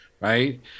Right